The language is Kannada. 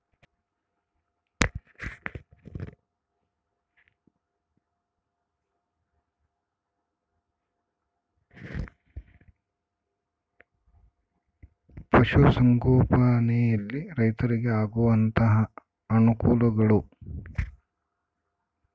ಪಶುಸಂಗೋಪನೆಯಲ್ಲಿ ರೈತರಿಗೆ ಆಗುವಂತಹ ಅನುಕೂಲಗಳು?